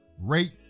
rate